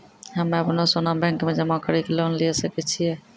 हम्मय अपनो सोना बैंक मे जमा कड़ी के लोन लिये सकय छियै?